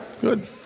good